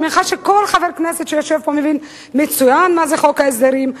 אני מניחה שכל חבר כנסת שיושב פה מבין מצוין מה זה חוק ההסדרים.